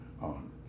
on